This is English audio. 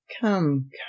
come